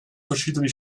verschiedene